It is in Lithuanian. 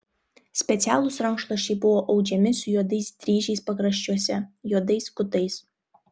specialūs rankšluosčiai buvo audžiami su juodais dryžiais pakraščiuose juodais kutais